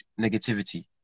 negativity